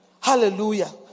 Hallelujah